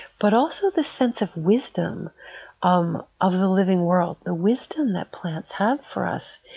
but also the sense of wisdom um of the living world, the wisdom that plants have for us.